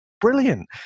brilliant